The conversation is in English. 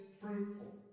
fruitful